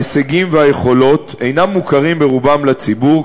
ההישגים והיכולת אינם מוכרים ברובם לציבור,